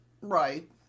Right